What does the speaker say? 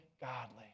godly